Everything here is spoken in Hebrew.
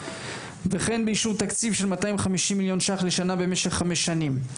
וכן באישור תקציב של כ-250 מיליון ₪ לשנה למשך חמש שנים.